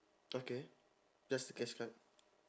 okay just the cash right